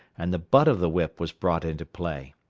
and the butt of the whip was brought into play.